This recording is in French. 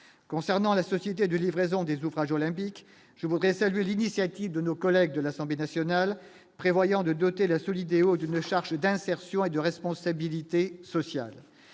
concernant la société de livraison des ouvrages olympiques, je voudrais saluer l'initiative de nos collègues de l'Assemblée nationale prévoyant de doter la Solideo chargée d'insertion et de responsabilité sociale,